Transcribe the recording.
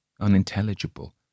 unintelligible